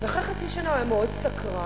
ואחרי חצי שנה הוא היה מאוד סקרן,